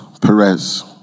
Perez